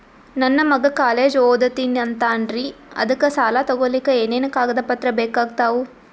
ನನ್ನ ಮಗ ಕಾಲೇಜ್ ಓದತಿನಿಂತಾನ್ರಿ ಅದಕ ಸಾಲಾ ತೊಗೊಲಿಕ ಎನೆನ ಕಾಗದ ಪತ್ರ ಬೇಕಾಗ್ತಾವು?